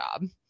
job